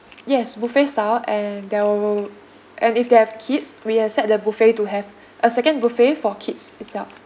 yes buffet style and there wi~ will and if they have kids we will set the buffet to have a second buffet for kids itself